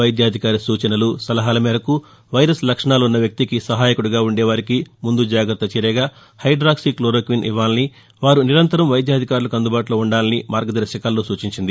వైద్య అధికారి సూచనలు సలహాల మేరకు వైరస్ లక్షణాలున్న వ్యక్తికి సహాయకుడిగా ఉండే వారికి ముందు జాగ్రత్త చర్యగా హైడాక్సీ క్లోరోక్విన్ ఇవ్వాలని వారు నిరంతరం వైద్య అధికారులకు అందుబాటులో ఉండాలని మార్గదర్శకాల్లో సూచించింది